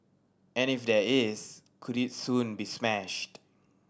and if there is could it soon be smashed